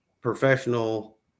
professional